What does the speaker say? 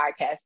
podcast